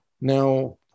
Now